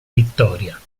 vittoria